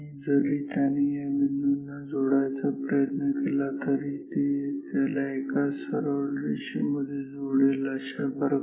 जरी त्याने या बिंदूंना जोडायचा प्रयत्न केला तरी ते त्याला एका सरळ रेषेमध्ये जोडेल अशाप्रकारे